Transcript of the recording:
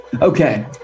Okay